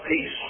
peace